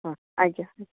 ହଁ ଆଜ୍ଞା